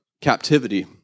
captivity